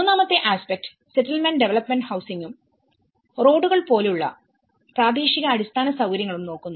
മൂന്നാമത്തെ aspect settlement development ഹൌസിംഗും റോഡുകൾ പോലുള്ള പ്രാദേശിക അടിസ്ഥാന സൌകര്യങ്ങളും നോക്കുന്നു